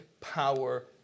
power